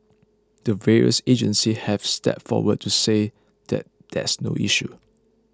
the various agencies have stepped forward to say that there's no issue